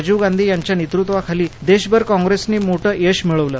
राजीव गांधी यांच्या नेतृत्वाखाली देशभरात काँग्रेसने मोठं यश मिळवलं